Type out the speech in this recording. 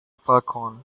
falcon